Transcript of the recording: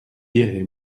dirai